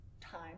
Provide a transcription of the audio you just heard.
time